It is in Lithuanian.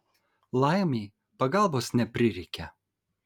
laimei pagalbos neprireikė